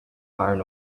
iron